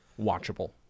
watchable